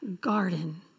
garden